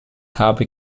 habe